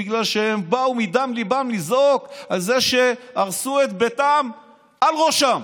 בגלל שהן באו מדם ליבן לזעוק על זה שהרסו את ביתן על ראשן,